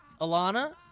Alana